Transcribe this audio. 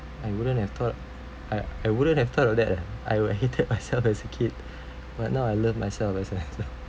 I wouldn't have thought I I wouldn't have thought of that leh I were hated myself as a kid but now I love myself as an adult